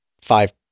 five